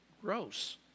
gross